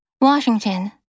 Washington